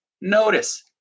notice